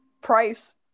Price